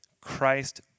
Christ